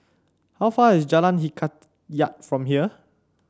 how far is Jalan Hikayat from here